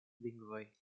lingvoj